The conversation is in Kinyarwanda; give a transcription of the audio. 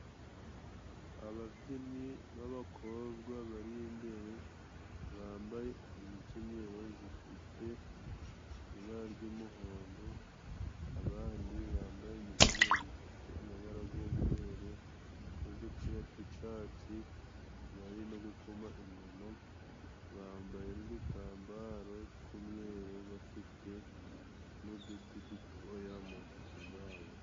Ababyinnyi b'abakobwa bari imbere, bambaye imikenyero zifite ibara ry'umuhondo, abandi bambaye imikenyero zifite amabara g'umweru n'udupira tw'icatsi, bari no gukoma ingoma, bambaye n'udutambaro tw'umweru, bafite n'uduti dutoya mu ntoki zabo.